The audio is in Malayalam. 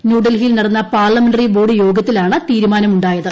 ന്യൂഡൽഹിയിൽ നടന്ന പാർലമെന്ററി ബോർഡ് യോഗത്തിലാണ് തീരുമാനമുണ്ടായത്